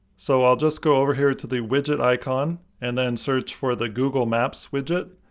so i'll just go over here to the widget icon and then search for the google maps widget.